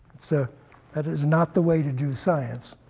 so that it is not the way to do science.